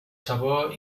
sabor